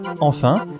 Enfin